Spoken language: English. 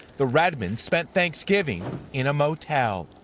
the redmonds spent thanksgiving in a motel.